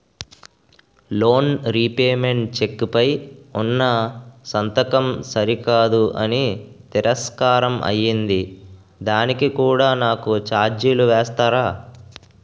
Loan repayment cheque పై ఉన్నా సంతకం సరికాదు అని తిరస్కారం అయ్యింది దానికి కూడా నాకు ఛార్జీలు వేస్తారా?